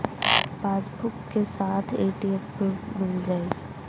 Passbook के साथ ATM भी मील जाई?